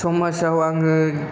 समाजाव आङो